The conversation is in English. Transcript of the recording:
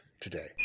today